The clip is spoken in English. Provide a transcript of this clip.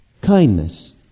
Kindness